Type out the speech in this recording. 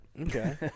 okay